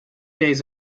days